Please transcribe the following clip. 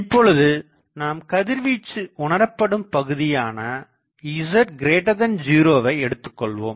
இப்பொழுது நாம் கதிர்வீச்சு உணரப்படும் பகுதியான z0 வை எடுத்துக்கொள்வோம்